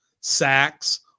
sacks